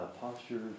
Posture